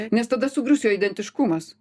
nes tada sugrius jo identiškumas